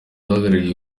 uhagarariye